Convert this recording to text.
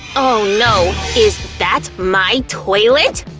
oh no, is that my toilet!